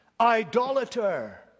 idolater